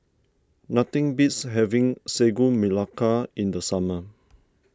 nothing beats having Sagu Melaka in the summer